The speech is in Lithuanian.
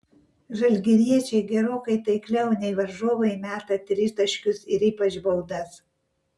žalgiriečiai gerokai taikliau nei varžovai meta tritaškius ir ypač baudas